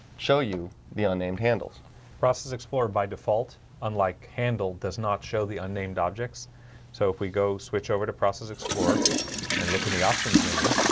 show you the unnamed handles process explorer by default unlike handle does not show the unnamed objects so if we go switch over to process explorer and look in the options menu